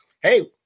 Hey